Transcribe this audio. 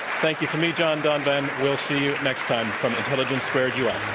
thank you from me, john donovan. we'll see you next time from intelligence squared us.